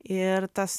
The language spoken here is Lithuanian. ir tas